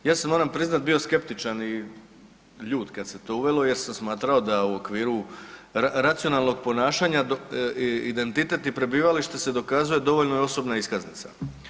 Ja sam moram priznat bio skeptičan i ljut kad se to uvelo jer sam smatrao da u okviru racionalnog ponašanja identitet i prebivalište se dokazuje dovoljno je osobna iskaznica.